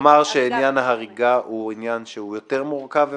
עניין ההריגה יותר מורכב ומסובך,